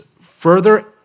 further